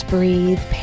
Breathe